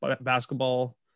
basketball